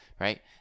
right